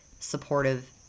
supportive